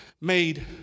made